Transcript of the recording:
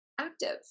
active